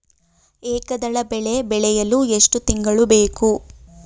ಏಕದಳ ಬೆಳೆ ಬೆಳೆಯಲು ಎಷ್ಟು ತಿಂಗಳು ಬೇಕು?